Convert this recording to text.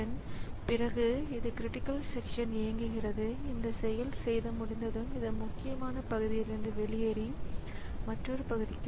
எனவே பகிரப்பட்ட நினைவகத்தின் ஒழுங்கான அணுகலை உறுதிப்படுத்த மெமரி கன்ட்ரோலர் நினைவகத்திற்கான அணுகலை ஒத்திசைக்க வேண்டும்